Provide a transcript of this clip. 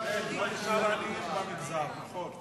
לא נשארו עניים במגזר, נכון.